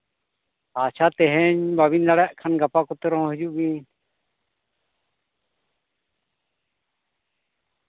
ᱟᱪᱪᱷᱟ ᱛᱮᱦᱮᱧ ᱵᱟᱵᱤᱱ ᱫᱟᱲᱮᱭᱟᱜᱠᱷᱟᱱ ᱜᱟᱯᱟ ᱠᱚᱛᱮ ᱨᱮᱦᱚᱸ ᱦᱤᱡᱩᱜ ᱵᱤᱱ